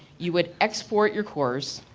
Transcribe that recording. you would export your course,